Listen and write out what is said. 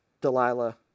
Delilah